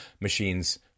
machines